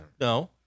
no